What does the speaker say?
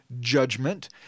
judgment